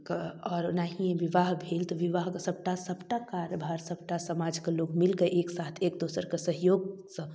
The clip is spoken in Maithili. आओर ओनाहिए विवाह भेल तऽ विवाहके सबटा सबटा कार्यभार सबटा समाजके लोक मिलिकऽ एकसाथ एक दोसरके सहयोगसँ